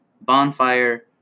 Bonfire